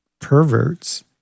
perverts